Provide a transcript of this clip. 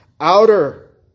Outer